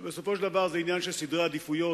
שבסופו של דבר זה עניין של סדר עדיפויות